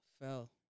fell